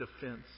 defense